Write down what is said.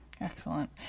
Excellent